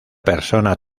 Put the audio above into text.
persona